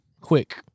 quick